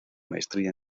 maestría